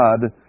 God